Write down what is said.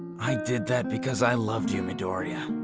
i did that because i loved you, midoriya.